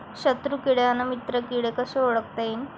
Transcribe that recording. शत्रु किडे अन मित्र किडे कसे ओळखता येईन?